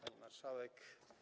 Pani Marszałek!